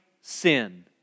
sin